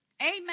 Amen